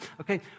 okay